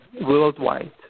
worldwide